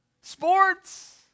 sports